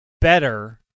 better